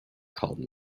called